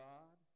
God